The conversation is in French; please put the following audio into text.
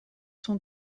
son